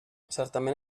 certament